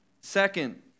Second